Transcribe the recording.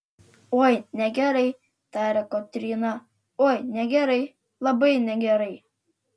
oi negerai tarė kotryna oi negerai labai negerai